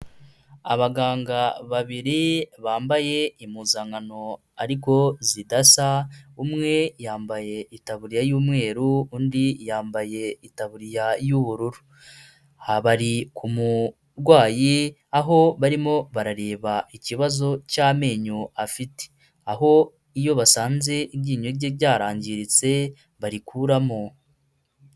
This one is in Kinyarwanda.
Abaganga babiri bambaye impuzankano ariko zidasa, umwe yambaye itaburiya y'umweru, undi yambaye itaburiya y'ubururu, bari ku murwayi aho barimo barareba ikibazo cy'amenyo afite, aho iyo basanze iryinyo rye ryarangiritse barikuramo.